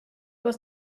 was